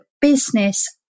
business